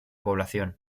población